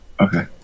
Okay